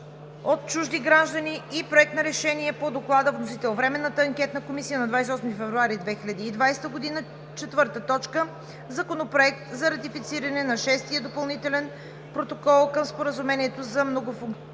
от чужди граждани и Проект на решение по Доклада. Вносител – Временната анкетна комисия на 28 февруари 2020 г. 4. Законопроект за ратифициране на Шестия допълнителен протокол към Споразумението за Многонационалните